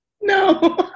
No